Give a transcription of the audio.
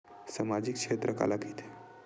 सामजिक क्षेत्र काला कइथे?